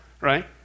right